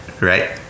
right